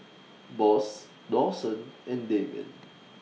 Boss Dawson and Damien